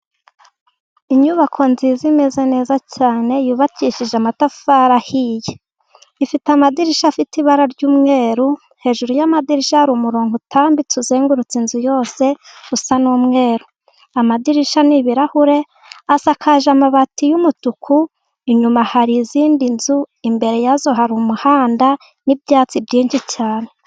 Inyubako nziza imeze neza cyane, yubakishije amatafari ahiye, ifite amadirishya afite ibara ry'umweru, hejuru y'amadirisha hari umurongo utambitse uzengurutse inzu yose usa n'umweru, amadirishya n'ibirahure, isakaje amabati y'umutuku. Inyuma hari izindi nzu imbere yazo hari umuhanda n'ibyatsi byinshi cyane.